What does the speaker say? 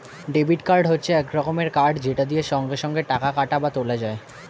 debit card হচ্ছে এক রকমের কার্ড যেটা দিয়ে সঙ্গে সঙ্গে টাকা কাটা বা তোলা যায়